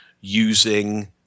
using